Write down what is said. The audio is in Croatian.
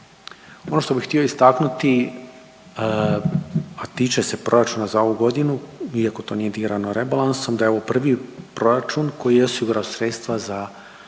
Ono što bih htio istaknuti, a tiče se proračuna za ovu godinu iako to nije dirano rebalansom, da je ovo prvi proračun koji je osigurao sredstva za